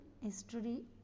history